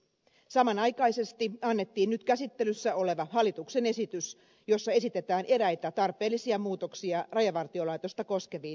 samanaikaisesti annettiin nyt käsittelyssä oleva hallituksen esitys jossa esitetään eräitä tarpeellisia muutoksia rajavartiolaitosta koskeviin säännöksiin